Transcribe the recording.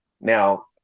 now